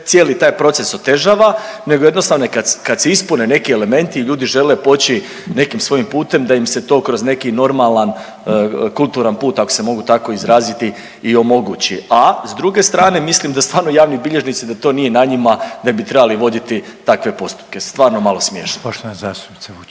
cijeli taj proces otežava nego jednostavno kad se ispune neki elementi i ljudi žele poći nekim svojim putem da im se to kroz neki normalan kulturan put ako se mogu tako izraziti i omogući. A s druge strane mislim da stvarno javni bilježnici da to nije na njima da bi trebali voditi takve postupke, stvarno malo smiješno.